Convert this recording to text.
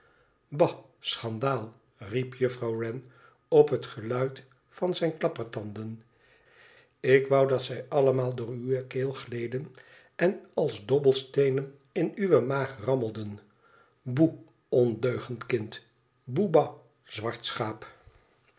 ba schandaal riep juffrouw wren op het geluid van zijn klappertanden fik wou dat zij allemaal door uwe keel gleden en als dobbelsteenen in uwe maag rammelden boe ondeugend kind boe ba zwart schaap